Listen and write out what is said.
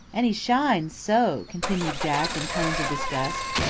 and he shines so! continued jack in tones of disgust.